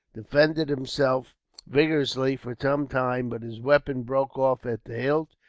defended himself vigorously for some time but his weapon broke off at the hilt,